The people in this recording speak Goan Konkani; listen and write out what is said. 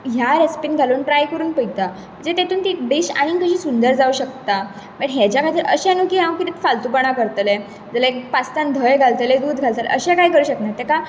तो हांव ह्या रेसिपीन घालुन ट्राय करुन पयता म्हणजे तेतुन ती डिश आनीक कशी सुंदर जावंक शकता बट हेज्या खातीर अशें नू की हांव कितेंय फालतुपणां करतलें जाल्यार पास्तान धंय घालतले दूध घालतले अशें कांय करुंक शकना तेका